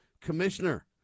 Commissioner